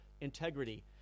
integrity